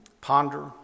ponder